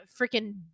freaking